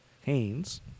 Haynes